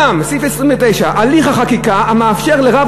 סעיף 29: יושלם הליך החקיקה המאפשר לרב